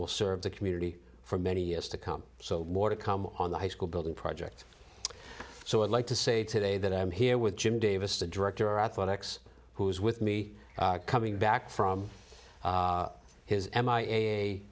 will serve the community for many years to come so more to come on the high school building project so i'd like to say today that i'm here with jim davis the director at the techs who is with me coming back from his m i